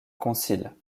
concile